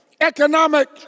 Economic